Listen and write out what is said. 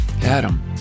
Adam